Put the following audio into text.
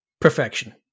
perfection